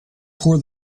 pour